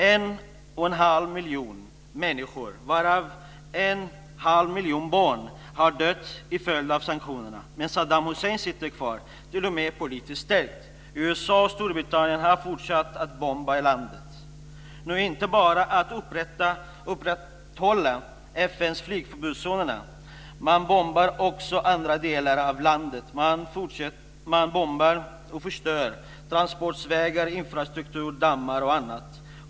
En och en halv miljon människor - varav en halv miljon barn - har dött till följd av sanktionerna, men Saddam Hussein sitter kvar, t.o.m. politiskt stärkt. USA och Storbritannien har fortsatt att bomba i landet, nu inte bara för att upprätthålla FN:s flygförbudsdzoner. Man bombar också i andra delar av landet. Man förstör transportvägar, dammar och annan infrastruktur.